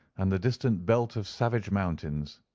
and the distant belt of savage mountains,